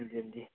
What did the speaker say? हंजी हंजी